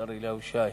השר אליהו ישי,